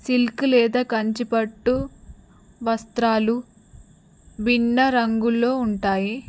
silk లేదా కంచిపట్టు వస్త్రాలు భిన్న రంగుల్లో ఉంటాయి